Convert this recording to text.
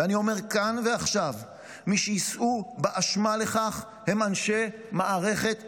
ואני אומר כאן ועכשיו: מי שיישאו באשמה לכך הם אנשי מערכת המשפט.